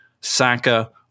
Saka